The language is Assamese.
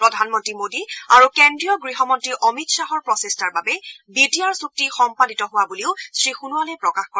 প্ৰধানমন্ত্ৰী মোদী আৰু কেন্দ্ৰীয় গহমন্ত্ৰী অমিত শ্বাহৰ প্ৰচেষ্টাৰ বাবে বি টি আৰ চুক্তি সম্পাদিত হোৱা বুলিও শ্ৰীসোণোৱালে প্ৰকাশ কৰে